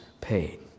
paid